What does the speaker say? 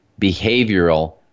Behavioral